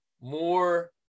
more